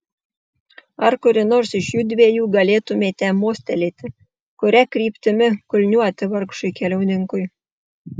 ar kuri nors iš judviejų galėtumėte mostelėti kuria kryptimi kulniuoti vargšui keliauninkui